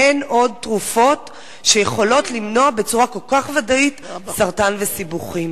אין עוד תרופות שיכולות למנוע בצורה כל כך ודאית סרטן וסיבוכים.